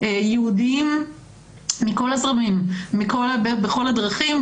יהודים מכל הזרמים ובכל הדרכים,